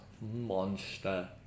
Monster